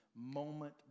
moment